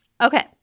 Okay